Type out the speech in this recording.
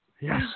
Yes